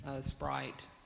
Sprite